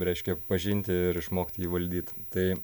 reiškia pažinti ir išmokt jį valdyt tai